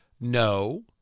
No